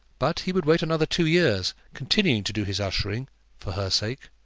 but he would wait another two years continuing to do his ushering for her sake.